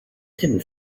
didn’t